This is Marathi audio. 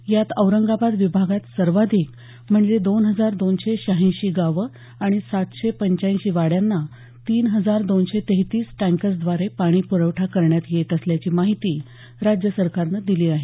यात औरंगाबाद विभागात सर्वाधिक म्हणजे दोन हजार दोनशे शहाऐंशी गावं आणि सातशे पंच्याऐंशी वाड्यांना तीन हजार दोनशे तेहतीस टँकर्सद्वारे पाणी प्रवठा करण्यात येत असल्याची माहितीराज्य सरकारन दिली आहे